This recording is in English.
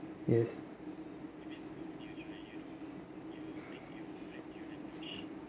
yes